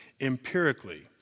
empirically